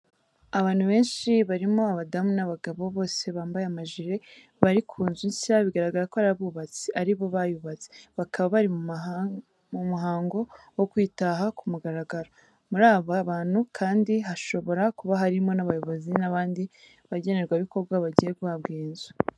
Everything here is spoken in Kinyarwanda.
Abantu benshi barimo abadamu n'abagabo, bose bambaye amajire, bari ku nzu nshya bigaragara ko ari abubatsi, ari bo bayubatse, bakaba bari mu muhango wo kuyitaha ku mugaragaro, muri aba bantu kandi hashobore kuba harimo n'abayobozi n'abandi bagenerwabikorwa bagiye guhabwa iyi nzu.